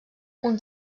uns